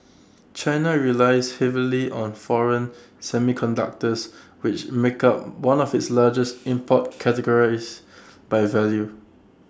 China relies heavily on foreign semiconductors which make up one of its largest import categories by value